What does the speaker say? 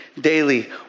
daily